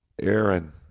Aaron